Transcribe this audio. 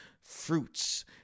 fruits